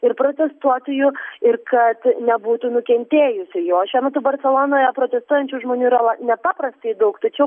ir protestuotojų ir kad nebūtų nukentėjusiųjų o šiuo metu barselonoje protestuojančių žmonių yra nepaprastai daug tačiau